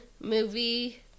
movie